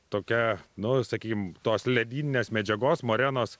tokia nu sakykim tos ledyninės medžiagos morenos